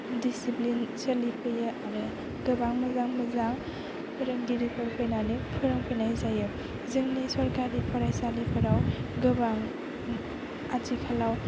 discipline सोलि फैयो आरो गोबां मोजां मोजां फोरोंगिरिफोर फैनानै फोरोंफैनाय जायो जोंनि सरखारि फरायसालिफोराव गोबां आथिखालाव